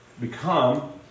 become